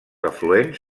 afluents